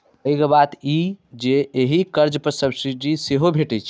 पैघ बात ई जे एहि कर्ज पर सब्सिडी सेहो भैटै छै